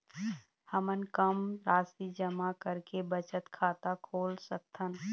हमन कम राशि जमा करके बचत खाता खोल सकथन?